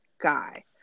guy